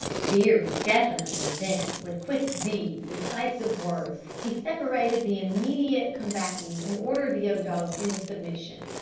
very definitely then, with quick deeds, incisive words, he separated the immediate combatants, and ordered the other dogs into submission.